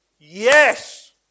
Yes